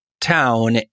town